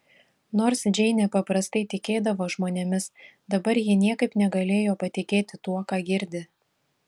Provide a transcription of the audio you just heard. nors džeinė paprastai tikėdavo žmonėmis dabar ji niekaip negalėjo patikėti tuo ką girdi